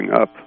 up